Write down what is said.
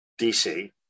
DC